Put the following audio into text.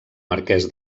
marquès